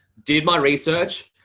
did my research,